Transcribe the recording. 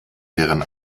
deren